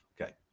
Okay